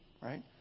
right